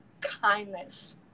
kindness